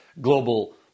Global